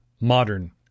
modern